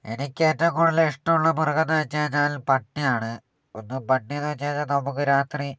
എനിക്ക് ഏറ്റവും കൂടുതൽ ഇഷ്ടമുള്ള മൃഗം എന്നു വച്ചു കഴിഞ്ഞാൽ പട്ടിയാണ് ഒന്ന് പട്ടിയെന്നു വച്ചു കഴിഞ്ഞാൽ നമുക്ക് രാത്രി